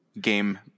game